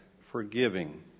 forgiving